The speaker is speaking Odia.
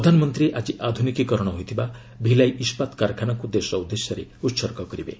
ପ୍ରଧାନମନ୍ତ୍ରୀ ଆଜି ଆଧୁନିକୀକରଣ ହୋଇଥିବା ଭିଲାଇ ଇସ୍କାତ କାରଖାନାକୁ ଦେଶ ଉଦ୍ଦେଶ୍ୟରେ ଉତ୍ସର୍ଗ କରିବେ